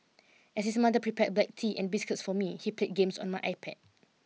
as his mother prepared black tea and biscuits for me he played games on my iPad